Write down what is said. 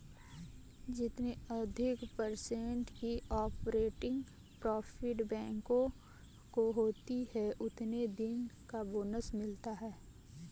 जितने अधिक पर्सेन्ट की ऑपरेटिंग प्रॉफिट बैंकों को होती हैं उतने दिन का बोनस मिलता हैं